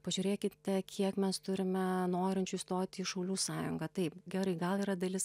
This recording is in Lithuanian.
pažiūrėkite kiek mes turime norinčių įstoti į šaulių sąjungą taip gerai gal yra dalis